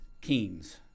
Keynes